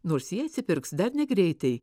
nors jie atsipirks dar negreitai